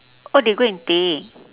oh they go and take